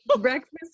breakfast